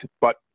But-